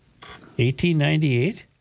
1898